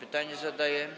Pytanie zadaje